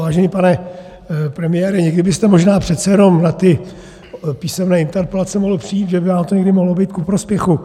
Vážený pane premiére, někdy byste možná přece jenom na ty písemné interpelace mohl přijít, že by vám to někdy mohlo být ku prospěchu.